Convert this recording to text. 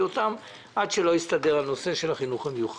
אותן עד שלא יסתדר הנושא של החינוך המיוחד.